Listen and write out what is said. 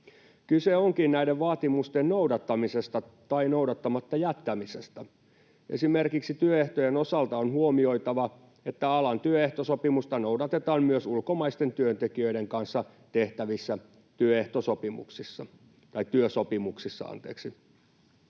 Kyse onkin näiden vaatimusten noudattamisesta tai noudattamatta jättämisestä. Esimerkiksi työehtojen osalta on huomioitava, että alan työehtosopimusta noudatetaan myös ulkomaisten työntekijöiden kanssa tehtävissä työsopimuksissa.